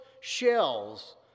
shells